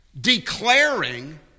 declaring